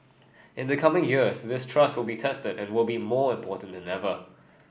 in the coming years this trust will be tested and will be more important than ever